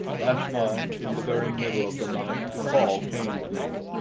last night, in the very middle of the night, the call came to me.